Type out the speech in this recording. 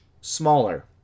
smaller